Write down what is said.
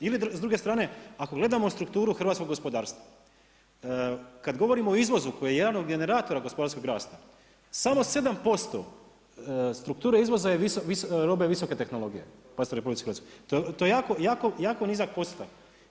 Ili s druge strane ako gledamo strukturu hrvatskog gospodarstva kada govorimo o izvozu koji je jedan od generatora gospodarskog rasta samo 7% strukture izvoza je roba visoke tehnologije pazite u RH, to je jako nizak postotak.